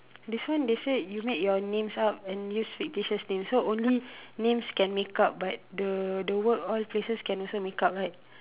this one they say you make your names up and use fictitious names so only names can make up but the the work all places can also make up right